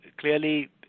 clearly